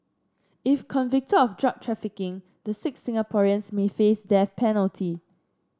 if convicted of drug trafficking the six Singaporeans may face death penalty